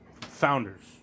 Founders